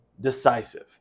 decisive